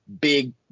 Big